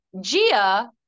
gia